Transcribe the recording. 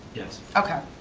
yes. okay.